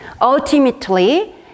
Ultimately